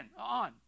on